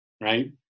right